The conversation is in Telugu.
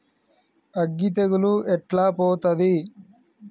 అగ్గి తెగులు ఎట్లా పోతది?